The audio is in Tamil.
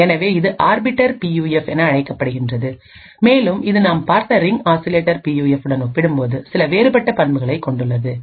எனவே இது ஆர்பிட்டர் பியூஎஃப் என அழைக்கப்படுகிறது மேலும் இது நாம் பார்த்த ரிங் ஆசிலேட்டர் பியூஎஃப் உடன் ஒப்பிடும்போது சில வேறுபட்ட பண்புகளைக் கொண்டுள்ளது